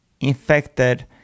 infected